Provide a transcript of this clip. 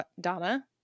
Donna